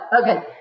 Okay